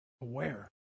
aware